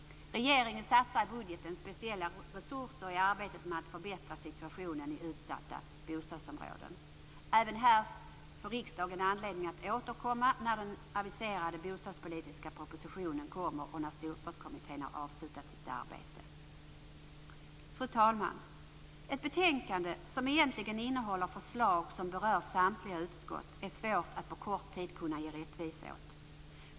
Regeringen satsar i budgeten speciella resurser i arbetet med att förbättra situationen i utsatta bostadsområden. Även här får riksdagen anledning att återkomma när den aviserade bostadspolitiska propositionen kommer och när Storstadskommittén har avslutat sitt arbete. Fru talman! Ett betänkande som egentligen innehåller förslag som berör samtliga utskott är svårt att på kort tid kunna ge rättvisa åt.